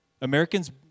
Americans